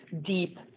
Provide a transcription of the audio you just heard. deep